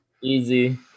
easy